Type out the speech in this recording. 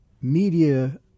media –